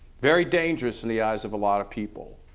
very dangerous in the eyes of a lot of people.